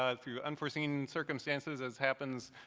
ah through unforeseen circumstances, as happens,